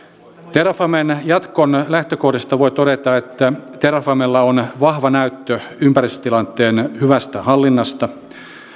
terrafamen jatkon lähtökohdista voi todeta että terrafamella on vahva näyttö ympäristötilanteen hyvästä hallinnasta